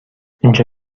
اینجا